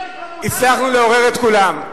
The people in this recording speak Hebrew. הצלחנו לעורר את כולם.